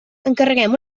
encarreguem